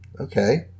Okay